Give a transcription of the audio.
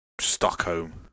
Stockholm